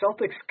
Celtics